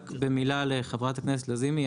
רק במילה לחברת הכנסת לזימי,